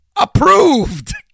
Approved